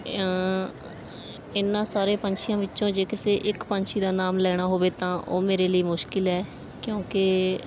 ਇਹਨਾਂ ਸਾਰੇ ਪੰਛੀਆਂ ਵਿੱਚੋਂ ਜੇ ਕਿਸੇ ਇੱਕ ਪੰਛੀ ਦਾ ਨਾਮ ਲੈਣਾ ਹੋਵੇ ਤਾਂ ਉਹ ਮੇਰੇ ਲਈ ਮੁਸ਼ਕਿਲ ਹੈ ਕਿਉਂਕਿ